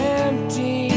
empty